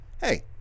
Hey